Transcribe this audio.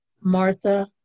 Martha